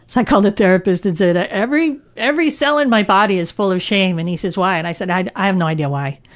so i called a therapist and said, ah every every cell in my body is full of shame. and he says, why? and i said, i i have no idea why.